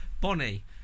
Bonnie